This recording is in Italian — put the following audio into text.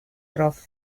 prof